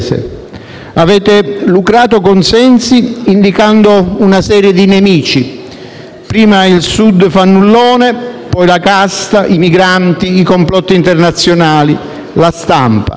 avete lucrato consensi indicando una serie di nemici: prima il Sud fannullone, poi la casta, i migranti, i complotti internazionali, la stampa.